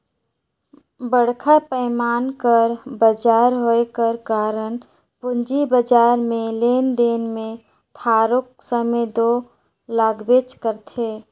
बड़खा पैमान कर बजार होए कर कारन पूंजी बजार में लेन देन में थारोक समे दो लागबेच करथे